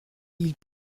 ils